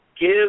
give